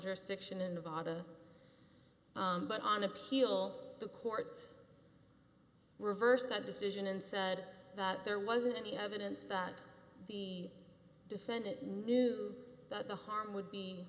jurisdiction in nevada but on appeal the courts reversed that decision and said that there wasn't any evidence that the defendant knew that the harm would be